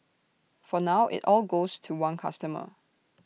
for now IT all goes to one customer